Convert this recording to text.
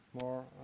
more